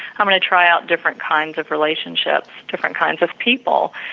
i'm going to try out different kinds of relationships, different kinds of people,